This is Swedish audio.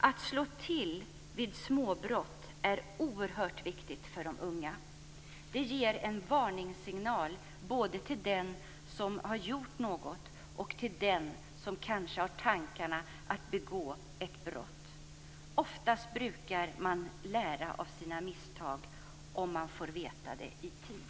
Att slå till vid småbrott är oerhört viktigt för de unga. Det ger en varningssignal både till den som gjort något och till den som kanske har tankarna att begå ett brott. Oftast brukar man lära av sina misstag, om man får veta det i tid.